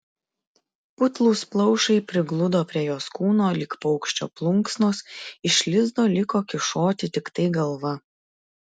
putlūs plaušai prigludo prie jos kūno lyg paukščio plunksnos iš lizdo liko kyšoti tiktai galva